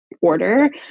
order